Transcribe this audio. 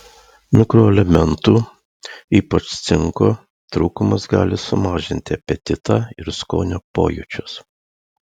mikroelementų ypač cinko trūkumas gali sumažinti apetitą ir skonio pojūčius